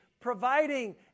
providing